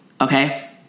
okay